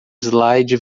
slide